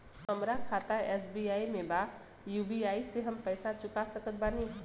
हमारा खाता एस.बी.आई में बा यू.पी.आई से हम पैसा चुका सकत बानी?